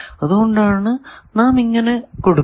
അതുകൊണ്ടാണ് നാം ഇത് ഇങ്ങനെ കൊടുക്കുന്നത്